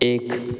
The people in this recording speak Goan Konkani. एक